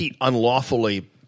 unlawfully